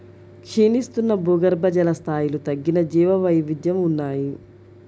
క్షీణిస్తున్న భూగర్భజల స్థాయిలు తగ్గిన జీవవైవిధ్యం ఉన్నాయి